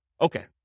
Okay